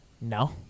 No